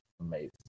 amazing